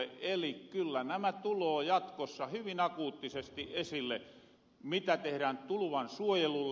eli kyllä nämä tuloo jatkossa hyvin akuuttisesti esille mitä tehdään tuluvansuojelulle